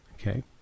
Okay